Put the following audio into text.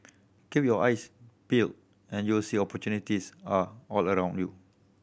keep your eyes peeled and you will see opportunities are all around you